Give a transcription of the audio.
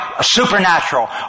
supernatural